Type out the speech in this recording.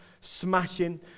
smashing